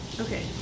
Okay